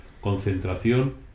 concentración